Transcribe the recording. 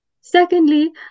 secondly